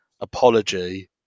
apology